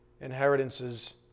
inheritances